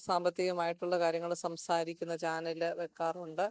സാമ്പത്തികമായിട്ടുള്ള കാര്യങ്ങൾ സംസാരിക്കുന്ന ചാനൽ വെക്കാറുണ്ട്